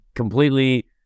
Completely